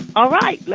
all right,